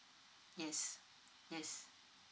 yes yes